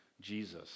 Jesus